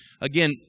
Again